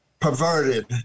perverted